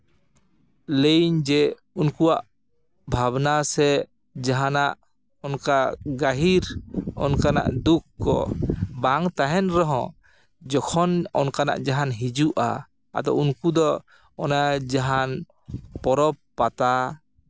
ᱞᱟᱹᱭᱟᱹᱧ ᱡᱮ ᱩᱱᱠᱩᱣᱟᱜ ᱵᱷᱟᱵᱽᱱᱟ ᱥᱮ ᱡᱟᱦᱟᱱᱟᱜ ᱚᱱᱠᱟ ᱜᱟᱹᱦᱤᱨ ᱚᱱᱠᱟᱱᱟᱜ ᱫᱩᱠ ᱠᱚ ᱵᱟᱝ ᱛᱟᱦᱮᱱ ᱨᱮᱦᱚᱸ ᱡᱚᱠᱷᱚᱱ ᱚᱱᱠᱟᱱᱟᱜ ᱡᱟᱦᱟᱱ ᱦᱤᱡᱩᱜᱼᱟ ᱟᱫᱚ ᱩᱱᱠᱩ ᱫᱚ ᱚᱱᱟ ᱡᱟᱦᱟᱱ ᱯᱚᱨᱚᱵᱽ ᱯᱟᱛᱟ